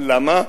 למה?